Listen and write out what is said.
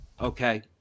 Okay